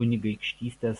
kunigaikštystės